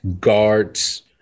guards